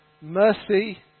Mercy